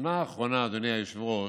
השנה האחרונה, אדוני היושב-ראש,